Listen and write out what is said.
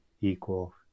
equal